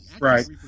right